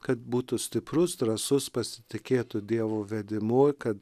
kad būtų stiprus drąsus pasitikėtų dievo vedimu kad